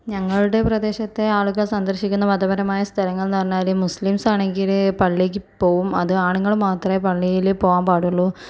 ഞങ്ങളുടെ പ്രദേശത്തെ ആളുകൾ സന്ദർശിക്കുന്ന മതപരമായ സ്ഥലങ്ങൾ എന്ന് പറഞ്ഞാല് മുസ്ലിംസ് ആണെങ്കില് പള്ളിയിൽ പോകും അത് ആണുങ്ങള് മാത്രമെ പള്ളിയില് പോകാൻ പാടുള്ളു